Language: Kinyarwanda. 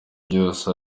byose